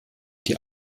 die